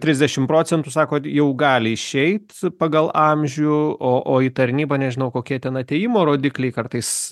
trisdešim procentų sakot jau gali išeit pagal amžių o o į tarnybą nežinau kokie ten atėjimo rodikliai kartais